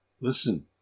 listen